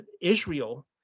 Israel